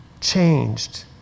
changed